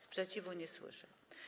Sprzeciwu nie słyszę.